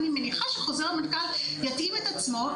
אז אני מניחה שחוזר מנכ״ל יתאים את עצמו,